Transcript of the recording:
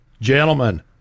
gentlemen